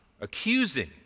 accusing